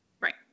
Right